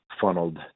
funneled